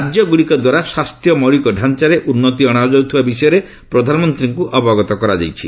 ରାଜ୍ୟ ଗୁଡ଼ିକ ଦ୍ୱାରା ସ୍ୱାସ୍ଥ୍ୟ ମୌଳିକ ଢାଞ୍ଚାରେ ଉନ୍ନତି ଅଣାଯାଉଥିବା ବିଷୟରେ ପ୍ରଧାନମନ୍ତ୍ରୀଙ୍କୁ ଅବଗତ କରାଯାଇଛି